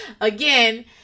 Again